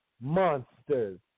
monsters